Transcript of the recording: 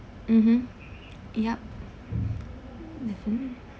mmhmm yup